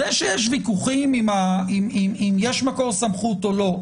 זה שיש ויכוחים אם יש מקור סמכות או לא.